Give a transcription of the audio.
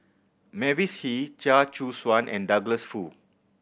Mavis Hee Chia Choo Suan and Douglas Foo